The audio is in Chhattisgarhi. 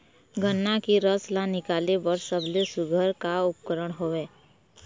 गन्ना के रस ला निकाले बर सबले सुघ्घर का उपकरण हवए?